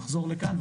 נחזור לכאן,